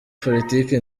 politiki